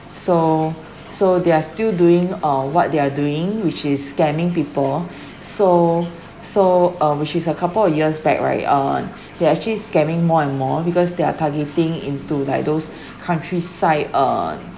so so they are still doing uh what they are doing which is scamming people so so uh which is a couple of years back right uh they are actually scamming more and more because they are targeting into like those countryside uh